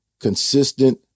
consistent